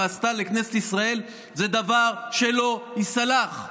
עשתה לכנסת ישראל זה דבר שלא ייסלח.